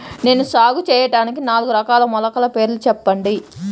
నేను సాగు చేయటానికి నాలుగు రకాల మొలకల పేర్లు చెప్పండి?